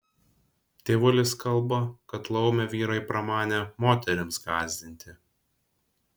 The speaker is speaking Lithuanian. tėvulis kalba kad laumę vyrai pramanė moterims gąsdinti